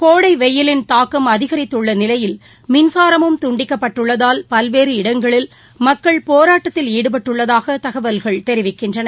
கோடைவெய்யிலின் தாக்கம் அதிகரித்துள்ளநிலையில் மின்சாரமும் துண்டிக்கப்பட்டுள்ளதால் பல்வேறு இடங்களில் மக்கள் போராட்டத்தில் ஈடுபட்டுள்ளதாகதகவல்கள் தெரிவிக்கின்றன